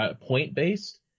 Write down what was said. point-based